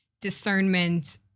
discernment